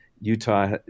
Utah